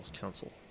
counsel